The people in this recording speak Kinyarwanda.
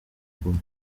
guma